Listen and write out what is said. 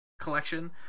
collection